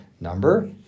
number